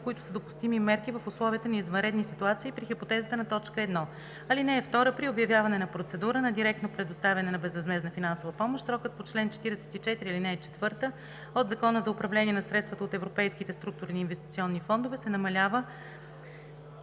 които са допустими мерки, в условията на извънредни ситуации и при хипотезата на т. 1. (2) При обявяване на процедура на директно предоставяне на безвъзмездна финансова помощ срокът по чл. 44, ал. 4 от Закона за управление на средствата от Европейските структурни и инвестиционни фондове се намалява